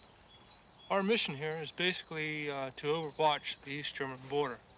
our mission here is basically to overwatch the east german border.